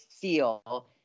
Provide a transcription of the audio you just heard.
feel